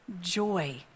joy